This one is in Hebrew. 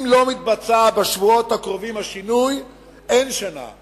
אם בשבועות הקרובים לא מתבצע השינוי, אין שנה.